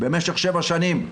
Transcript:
אני במשך שבע שנים,